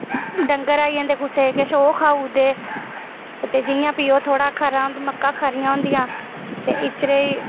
डंगर आई जन्दे कुसै दे किश ओह् खाऊड़ दे ते जि'यां फ्ही ओह् थोह्ड़ा खरा होंदा मक्कां खरियां होंदियां ते इच्चरे